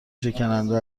شکننده